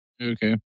Okay